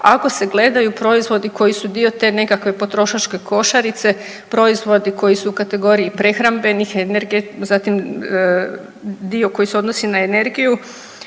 ako se gledaju proizvodi koji su dio te nekakve potrošačke košarice, proizvodi koji su u kategoriji prehrambenih, zatim dio koji se odnosi na energiju,